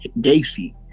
Gacy